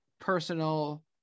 personal